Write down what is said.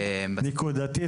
נקודתית,